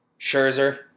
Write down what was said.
Scherzer